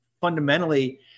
fundamentally